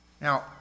Now